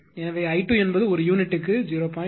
எனவே i2 என்பது ஒரு யூனிட்டுக்கு 0